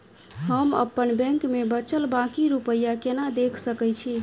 हम अप्पन बैंक मे बचल बाकी रुपया केना देख सकय छी?